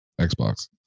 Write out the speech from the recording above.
Xbox